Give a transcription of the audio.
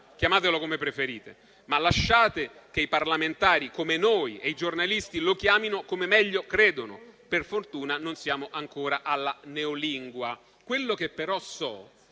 Chiamatelo come preferite, ma lasciate che i parlamentari come noi e i giornalisti lo chiamino come meglio credono. Per fortuna non siamo ancora alla neolingua.